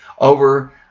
over